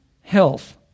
health